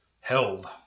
held